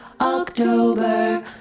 October